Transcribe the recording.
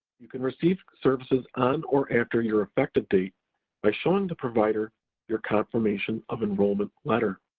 you can receive services on or after your effective date by showing the provider your confirmation of enrollment letter.